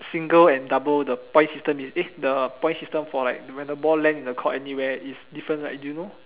single and double the points system is eh the point system for like when the ball land in the court anywhere is different right do you know